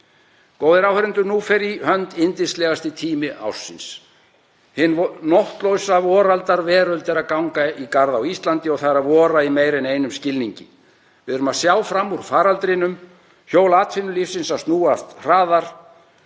Góðir áheyrendur. Nú fer í hönd yndislegasti tími ársins, hin nóttlausa voraldar veröld er að ganga í garð á Íslandi og það vorar í meira en einum skilningi. Við erum að sjá fram úr faraldrinum, hjól atvinnulífsins að snúast hraðar